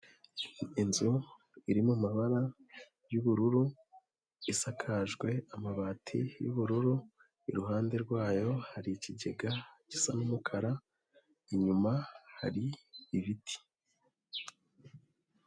Inzu iri mu amabara y'ubururu isakajwe amabati y'ubururu, iruhande rwayo hari ikigega gisa n'umukara inyuma hari ibiti.